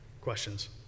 questions